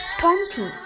twenty